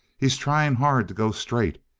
he's trying hard to go straight.